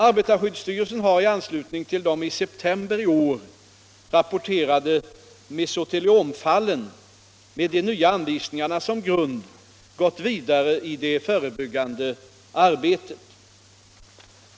Arbetarskyddsstyrelsen har i anslutning till de i september i år rapporterade mesoteliomfallen, med de nya anvisningarna som grund, gått vidare i det förebyggande arbetet.